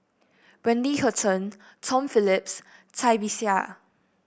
Wendy Hutton Tom Phillip Cai Bixia